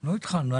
לא התחלנו.